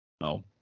No